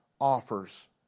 offers